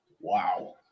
wow